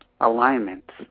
alignment